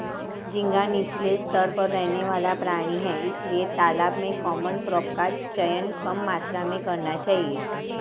झींगा नीचले स्तर पर रहने वाला प्राणी है इसलिए तालाब में कॉमन क्रॉप का चयन कम मात्रा में करना चाहिए